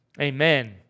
Amen